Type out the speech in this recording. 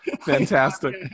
Fantastic